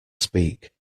speak